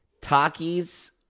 Takis